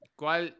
¿cuál